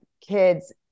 kids